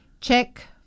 Check